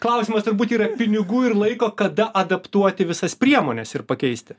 klausimas turbūt yra pinigų ir laiko kada adaptuoti visas priemones ir pakeisti